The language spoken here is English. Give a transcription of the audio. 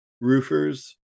roofers